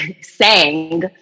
sang